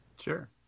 Sure